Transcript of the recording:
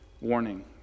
warning